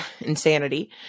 insanity